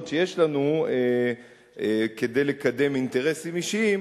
שיש לנו כדי לקדם אינטרסים אישיים,